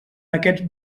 aquest